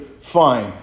Fine